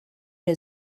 der